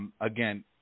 Again